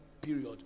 period